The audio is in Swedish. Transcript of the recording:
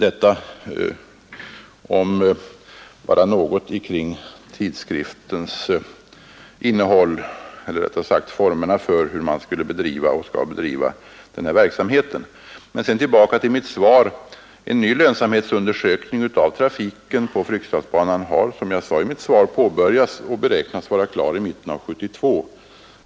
Detta var bara något om formerna för hur man skall bedriva denna verksamhet. Men sedan tillbaka till mitt svar. En ny lönsamhetsundersökning av trafiken på Fryksdalsbanan har, som jag sade i mitt svar, påbörjåts och beräknas vara klar i mitten av 1972.